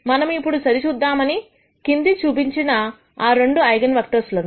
మనము ఇప్పుడు సరిచూద్దాం అది క్రింద చూపించిన ఆ 2 ఐగన్ వెక్టర్స్ లను